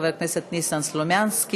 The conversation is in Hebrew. חבר הכנסת ניסן סלומינסקי.